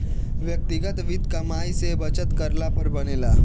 व्यक्तिगत वित्त कमाई से बचत करला पर बनेला